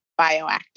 bioactive